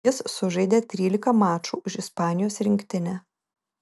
jis sužaidė trylika mačų už ispanijos rinktinę